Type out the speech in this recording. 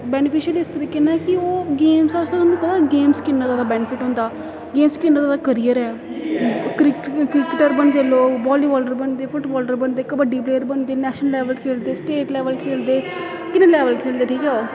beneficial इस तरीके कन्नै कि ओह् गेम दा तुसें पता गेम्स गी किन्ना जादा बैनिफिट होंदा गेम्स गी किन्ना जादा कैरियर ऐ क्रिक क्रिकेटर बनदे लोक बाली बालर बनदे फुट बालर बनदे कबड्डी प्लेयर बनदे नेशनल लेवल खेलदे स्टेट लेवल खेलदे किन्ने लेवल खेलदे ठीक ऐ ओह्